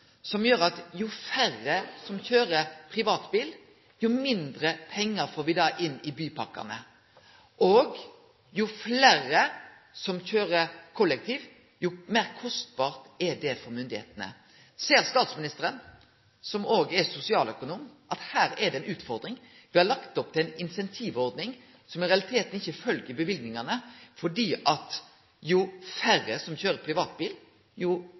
som gjer at jo færre som kjører privatbil, jo mindre pengar får vi da inn i bypakkene. Og jo fleire som kjører kollektivt, jo meir kostbart er det for myndigheitene. Ser statsministeren, som òg er sosialøkonom, at her er det ei utfordring? Me har lagt opp til ei incentivordning som i realiteten ikkje følgjer løyvingane, fordi det er slik at jo færre som kjører privatbil, jo